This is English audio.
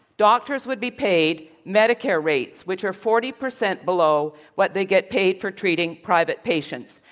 doctors would be paid medicare rates, which are forty percent below what they get paid for treating private patients.